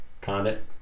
Condit